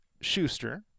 Schuster